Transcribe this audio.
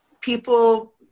people